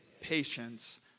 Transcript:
patience